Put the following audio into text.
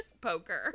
poker